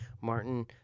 Martin